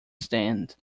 stand